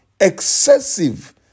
excessive